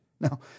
No